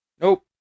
Nope